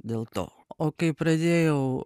dėl to o kai pradėjau